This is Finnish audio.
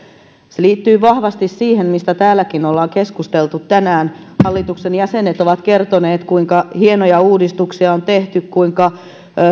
se liittyy vahvasti siihen mistä täälläkin ollaan keskusteltu tänään hallituksen jäsenet ovat kertoneet kuinka hienoja uudistuksia on tehty kuinka